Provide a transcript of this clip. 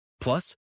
Plus